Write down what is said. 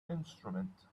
instrument